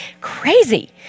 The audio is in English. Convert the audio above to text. Crazy